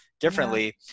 differently